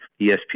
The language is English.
ESPN